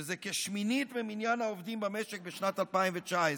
שזה כשמינית ממניין העובדים במשק בשנת 2019,